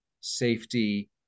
safety